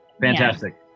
Fantastic